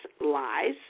lies